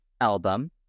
album